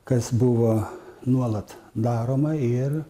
kas buvo nuolat daroma ir